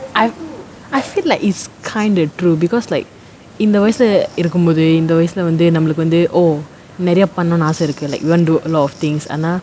I I feel like it's kinda true because like இந்த வயசுல இருக்கும் போது இந்த வயசுல வந்து நம்மளுக்கு வந்து:intha vayasula irukkum pothu intha vayasula vanthu nammaluku vanthu oh நெறய பண்ணணுனு ஆச இருக்கு:neraya pannanunnu aasa irukku like you want to do a lot of things ஆனா:aanaa